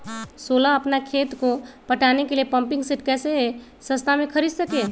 सोलह अपना खेत को पटाने के लिए पम्पिंग सेट कैसे सस्ता मे खरीद सके?